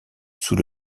sous